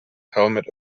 helmet